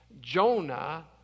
Jonah